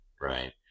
Right